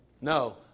No